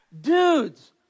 Dudes